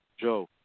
Joe